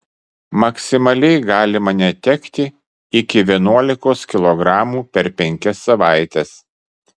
maksimaliai galima netekti iki vienuolikos kilogramų per penkias savaites